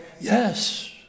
Yes